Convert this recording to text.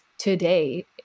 Today